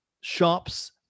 shops